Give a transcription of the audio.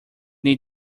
need